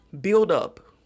buildup